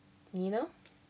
你呢